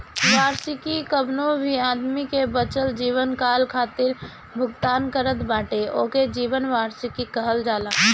वार्षिकी कवनो भी आदमी के बचल जीवनकाल खातिर भुगतान करत बाटे ओके जीवन वार्षिकी कहल जाला